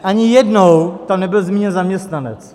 Ani jednou tam nebyl zmíněn zaměstnanec.